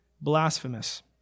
blasphemous